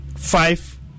Five